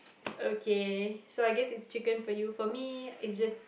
okay so I guess is chicken for you for me is just